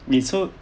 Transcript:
we so